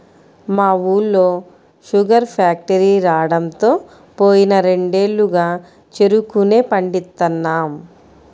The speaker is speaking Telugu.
మా ఊళ్ళో శుగర్ ఫాక్టరీ రాడంతో పోయిన రెండేళ్లుగా చెరుకునే పండిత్తన్నాం